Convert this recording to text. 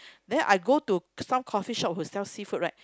then I go to some coffee shop who sell seafood right